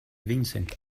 vincent